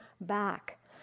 back